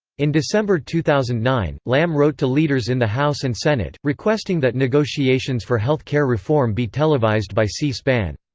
in december two thousand and nine, lamb wrote to leaders in the house and senate, requesting that negotiations for health care reform be televised by c-span.